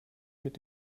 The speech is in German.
mit